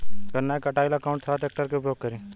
गन्ना के कटाई ला कौन सा ट्रैकटर के उपयोग करी?